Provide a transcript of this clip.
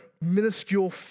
minuscule